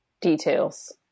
Details